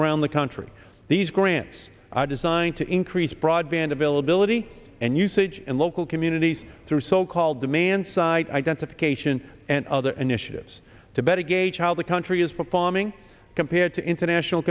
around the country these grants are designed to increase broadband availability and usage in local communities through so called demand side identification and other initiatives better gauge how the country is performing compared to international